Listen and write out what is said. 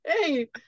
Hey